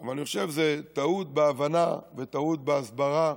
אבל אני חושב שזו טעות בהבנה וטעות בהסברה.